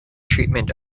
treatment